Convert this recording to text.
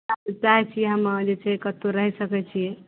चाहय छियै हम अहाँ जे छै कतौ रहि सकय छियै